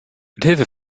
mithilfe